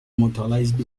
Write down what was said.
motorized